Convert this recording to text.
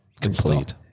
Complete